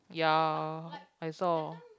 ya I saw